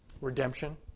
redemption